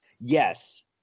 Yes